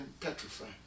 petrified